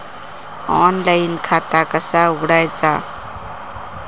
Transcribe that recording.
Online खाता कसा उघडायचा?